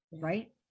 right